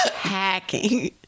hacking